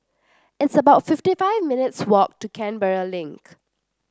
it's about fifty five minutes' walk to Canberra Link